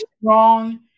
strong